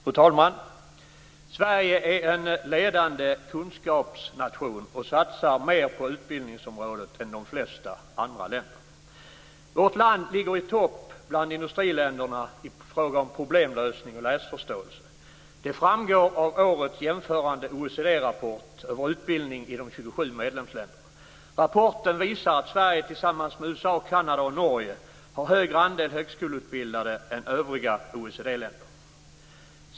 Fru talman! Sverige är en ledande kunskapsnation och satsar mer på utbildningsområdet än de flesta andra länder. Vårt land ligger i topp bland industriländerna i fråga om problemlösning och läsförståelse. Det framgår av årets jämförande OECD-rapport över utbildning i de 27 medlemsländerna. Rapporten visar att Sverige tillsammans med USA, Kanada och Norge har högre andel högskoleutbildade än övriga OECD länder.